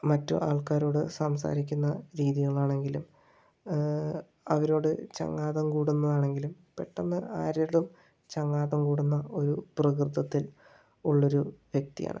മറ്റ് ആൾക്കാരോട് സംസാരിക്കുന്ന രീതികൾ ആണെങ്കിലും അവരോട് ചങ്ങാത്തം കൂടുന്നതാണെങ്കിലും പെട്ടെന്ന് ആരോടും ചങ്ങാത്തം കൂടുന്ന ഒരു പ്രകൃതത്തിൽ ഉള്ളൊരു വ്യക്തിയാണ്